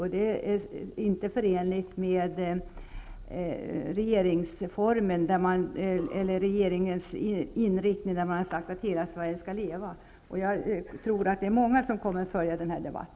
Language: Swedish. Det är inte förenligt med inriktningen av regeringens politik där man har sagt att hela Sverige skall leva. Jag tror att många kommer att följa denna debatt.